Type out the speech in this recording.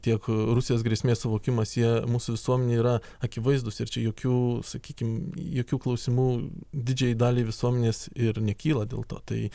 tiek rusijos grėsmės suvokimas jie mūsų visuomenėj yra akivaizdūs ir čia jokių sakykim jokių klausimų didžiajai daliai visuomenės ir nekyla dėl to tai